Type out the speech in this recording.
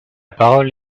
parole